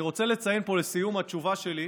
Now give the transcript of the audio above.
אני רוצה לציין פה, לסיום התשובה שלי,